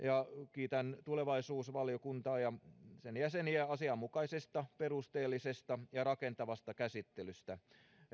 kiitän tulevaisuusvaliokuntaa ja sen jäseniä asianmukaisesta perusteellisesta ja rakentavasta käsittelystä